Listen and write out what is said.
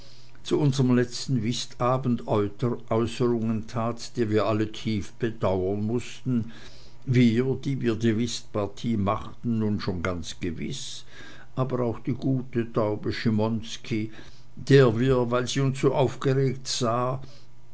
an unserm letzten whistabend äußerungen tat die wir alle tief bedauern mußten wir die wir die whistpartie machten nun schon ganz gewiß aber auch die gute taube schimonski der wir weil sie uns so aufgeregt sah